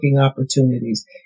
opportunities